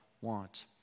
want